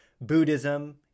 Buddhism